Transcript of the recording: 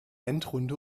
endrunde